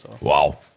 Wow